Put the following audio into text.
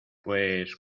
pues